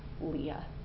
Leah